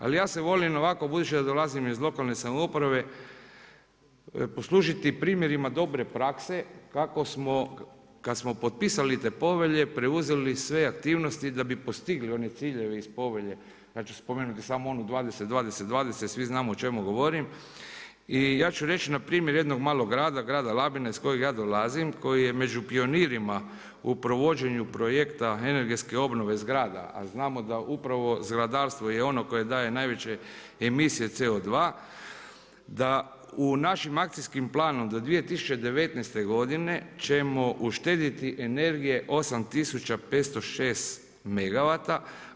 Ali, ja se volim ovako, budući da dolazim iz lokalne samouprave, poslužiti primjerima dobre prakse, kako smo kad smo potpisali te povelje preuzeli sve aktivnosti, da bi postigli one ciljeve iz povelje ja ću spomenuti samo onu 20 20 20, svi znamo o čemu govorim i ja ću reći na primjer jednog malog grada, grada Labina iz kojeg ja dolazim, koji je među pionirima u provođenju projekta energetske obnove zgrada, a znamo da upravo zgradarstvo je ono koje daje najveće emisije CO2 da u našim akcijskim planom do 2019. ćemo uštedjeli energije 8506 megawata.